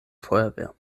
feuerwehr